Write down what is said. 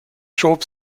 schob